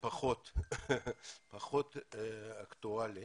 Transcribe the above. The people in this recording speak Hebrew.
פחות אקטואלי.